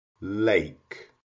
lake